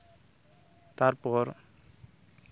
ᱛᱟᱨᱯᱚᱨ